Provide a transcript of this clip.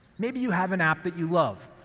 maybe you have an app that you love,